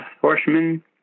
horsemen